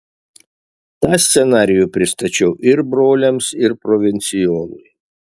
tą scenarijų pristačiau ir broliams ir provincijolui